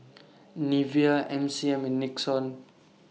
Nivea M C M and Nixon